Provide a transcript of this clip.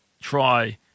try